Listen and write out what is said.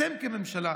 אתם כממשלה,